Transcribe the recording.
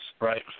Right